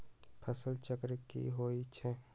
फसल चक्र की होई छै?